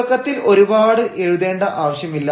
തുടക്കത്തിൽ ഒരുപാട് എഴുതേണ്ട ആവശ്യമില്ല